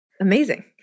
amazing